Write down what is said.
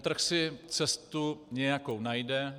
Trh si cestu nějakou najde.